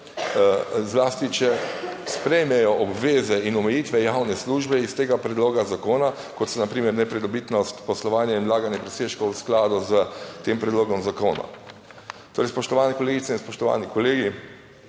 zlasti če sprejmejo obveze in omejitve javne službe iz tega predloga zakona, kot so na primer nepridobitnost poslovanja in vlaganje presežkov v skladu s tem predlogom zakona. Torej, spoštovane kolegice in spoštovani kolegi,